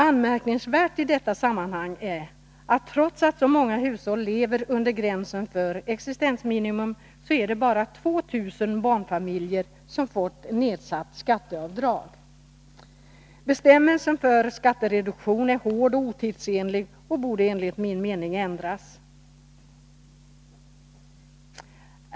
Anmärkningsvärt i detta sammanhang är att det, trots att så många hushåll lever under gränsen för existensminimum, bara är 2 000 barnfamiljer som fått skatteavdrag. Bestämmelsen för skattereduktion är hård och otidsenlig, och den borde enligt min mening ändras.